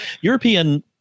european